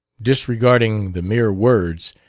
disregarding the mere words,